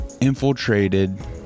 infiltrated